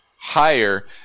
higher